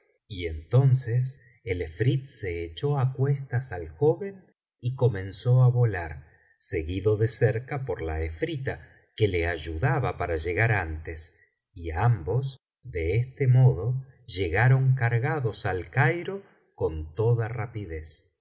y entonces el efrit se echó á cuestas al joven y comenzó á volar seguido de cerca por la efrita que le ayudaba para llegar antes y ambos do este modo llegaron cargados al cairo con tocia rapidez